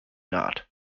not